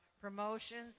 promotions